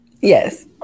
Yes